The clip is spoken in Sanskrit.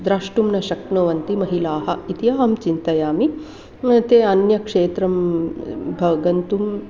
द्रष्टुं न शक्नुवन्ति महिलाः इति अहं चिन्तयामि मध्ये अन्यक्षेत्रं भ गन्तुम्